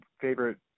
favorite